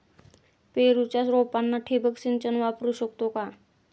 पेरूच्या रोपांना ठिबक सिंचन वापरू शकतो का?